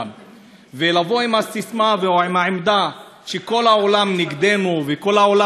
לבוא עם הססמה או עם העמדה שכל העולם נגדנו וכל העולם אנטישמי,